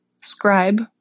scribe